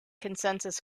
consensus